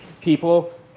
People